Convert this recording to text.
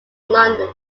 london